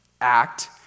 act